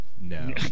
No